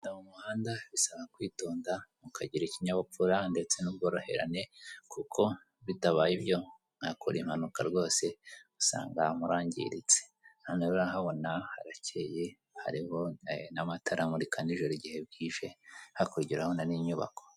Kugenda mu muhanda bisaba kwitonda mukagira ikinyabupfura ndetse n'ubworoherane kuko bitabaye ibyo mwakora impanuka rwose ugasanga murangiritse hano rero urahabona harakeye hariho n'amatara amurika nijoro mugihe bwije hakurya urabona n'inyubako.